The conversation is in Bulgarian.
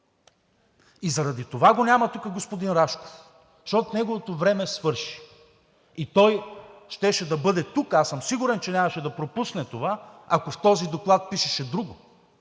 Затова го няма тук господин Рашков, защото неговото време свърши. Той щеше да бъде тук, сигурен съм, че нямаше да пропусне това, ако в този доклад пише друго,